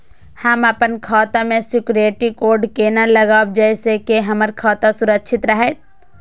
हम अपन खाता में सिक्युरिटी कोड केना लगाव जैसे के हमर खाता सुरक्षित रहैत?